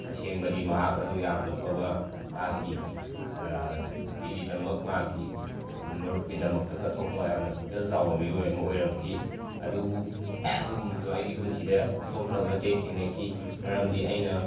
ꯇꯁꯦꯡꯕꯗꯤ ꯃꯍꯥꯛ ꯑꯗꯨ ꯌꯥꯝꯅ ꯐꯕ ꯃꯍꯥꯛꯀꯤ ꯅꯨꯄꯤꯒꯤꯗꯃꯛ ꯃꯍꯥꯛꯀꯤ ꯃꯔꯨꯞꯀꯤꯗꯃꯛꯇ ꯀꯠꯊꯣꯛꯄ ꯌꯥꯝꯅ ꯄꯨꯛꯆꯦꯜ ꯆꯥꯎꯕ ꯃꯤꯑꯣꯏ ꯑꯃ ꯑꯣꯏꯔꯝꯈꯤ ꯑꯗꯨꯕꯨ ꯑꯗꯨꯒꯨꯝꯕꯗꯨ ꯑꯩꯒꯤ ꯄꯨꯟꯁꯤꯗ ꯊꯣꯛꯂꯛꯇꯕ ꯅꯠꯇꯦ ꯊꯦꯡꯅꯈꯤ ꯃꯔꯝꯗꯤ ꯑꯩꯅ